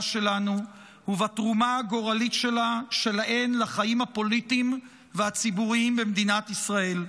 שלנו ובתרומה הגורלית שלהן לחיים הפוליטיים והציבוריים במדינת ישראל.